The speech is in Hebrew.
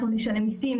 אנחנו נשלם מיסים,